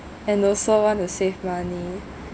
and also want to save money